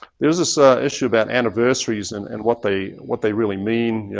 there's this ah issue about anniversaries and and what they what they really mean. yeah